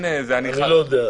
אני --- אני לא יודע,